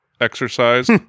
exercise